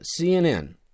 CNN